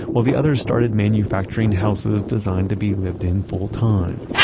while the other started manufacturing houses designed to be lived in full-time.